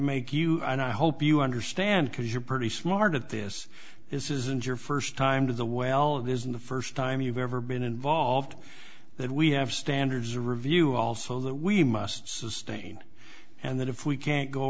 make you and i hope you understand because you're pretty smart at this isn't your first time to the well it isn't the first time you've ever been involved that we have standards a review also that we must sustain and that if we can't go